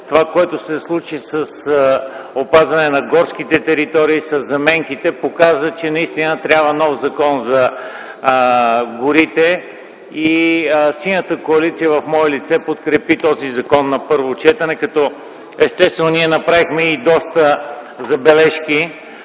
в Пампорово, с опазване на горските територии, със заменките показа, че наистина трябва нов Закон за горите. В мое лице Синята коалиция подкрепи този закон на първо четене, като естествено ние направихме доста забележки